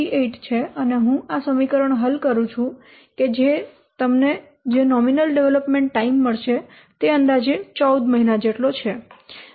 38 છે અને હું આ સમીકરણ હલ કરું છું કે તમને જે નોમિનલ ડેવલપમેન્ટ ટાઈમ મળશે તે અંદાજે 14 મહિના જેટલો છે